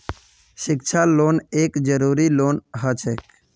शिक्षा लोन एक जरूरी लोन हछेक